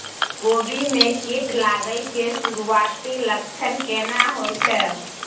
कोबी में कीट लागय के सुरूआती लक्षण केना होय छै